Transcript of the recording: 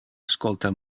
ascolta